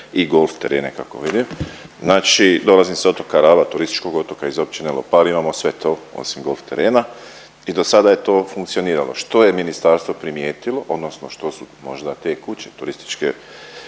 i golf terene kako vidim. Znači dolazim s otoka Raba, turističkog otoka iz općine Lopar, imamo sve to osim golf terena i do sada je to funkcioniralo. Što je ministarstvo primijetilo odnosno što su možda te kuće turističke